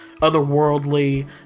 otherworldly